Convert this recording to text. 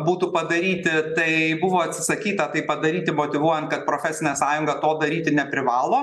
būtų padaryti tai buvo atsisakyta tai padaryti motyvuojant kad profesinė sąjunga to daryti neprivalo